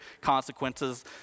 consequences